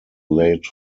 laid